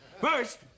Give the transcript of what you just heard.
First